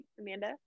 Amanda